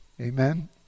Amen